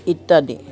ইত্যাদি